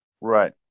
Right